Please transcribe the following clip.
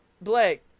Blake